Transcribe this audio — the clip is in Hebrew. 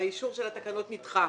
והאישור של התקנות נדחה.